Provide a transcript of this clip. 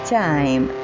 time